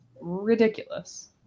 ridiculous